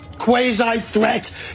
Quasi-threat